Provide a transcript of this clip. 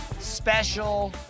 special